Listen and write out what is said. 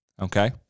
Okay